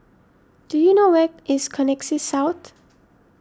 do you know where is Connexis South